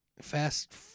Fast